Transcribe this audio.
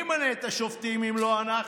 מי ימנה את השופטים אם לא אנחנו,